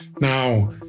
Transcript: Now